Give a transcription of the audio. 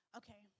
okay